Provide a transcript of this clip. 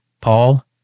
Paul